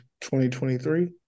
2023